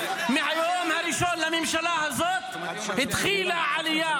מהיום הראשון לממשלה הזאת התחילה עלייה